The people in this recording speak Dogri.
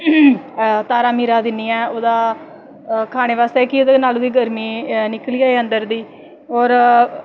तारा मीरा दिन्नीं ऐं ओह्दा खानें बास्ते कि ओह्दी गर्मी निकली जाए अन्दर दी और